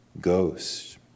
Ghost